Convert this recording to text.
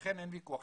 לכן אין ויכוח,